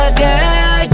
girl